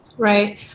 Right